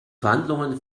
verhandlungen